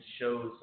shows